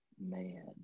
man